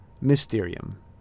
Mysterium